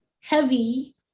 heavy